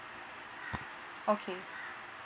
okay